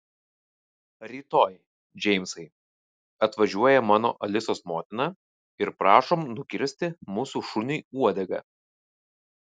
rytoj džeimsai atvažiuoja mano alisos motina ir prašom nukirsti mūsų šuniui uodegą